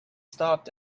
stopped